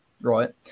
Right